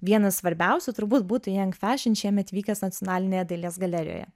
vienas svarbiausių turbūt būtų jang fešin šiemet vykęs nacionalinėje dailės galerijoje